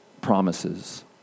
promises